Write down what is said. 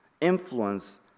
influence